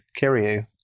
Kiryu